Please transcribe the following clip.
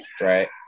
Right